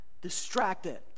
distracted